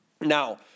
Now